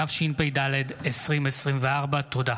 התשפ"ד 2024. תודה.